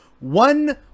one